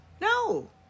No